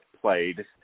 played